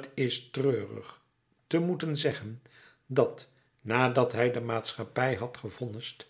t is treurig te moeten zeggen dat nadat hij de maatschappij had gevonnist